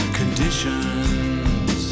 conditions